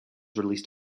released